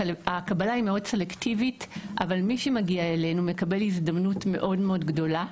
הקבלה היא מאוד סלקטיבית אבל מי שמגיע אלינו מקבל הזדמנות מאוד גדולה,